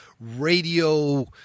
radio